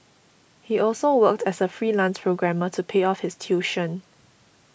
he also worked as a freelance programmer to pay off his tuition